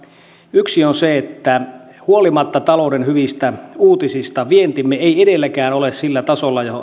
yksi on se että huolimatta talouden hyvistä uutisista vientimme ei edelleenkään ole sillä tasolla